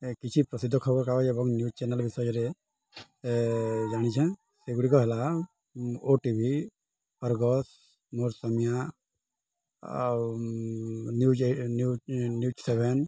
ଏ କିଛି ପ୍ରସିଦ୍ଧ ଖବରକାଗଜ ଏବଂ ନ୍ୟୁଜ୍ ଚ୍ୟାନେଲ୍ ବିଷୟରେ ଜାଣିଛେ ସେଗୁଡ଼ିକ ହେଲା ଓଟିଭି ଅର୍ଗସ୍ ମୋରସମିଆ ଆଉ ନ୍ୟୁଜ୍ ନ୍ୟୁଜ୍ ନ୍ୟୁଜ୍ ସେଭେନ